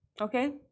Okay